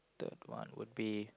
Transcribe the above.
that one would be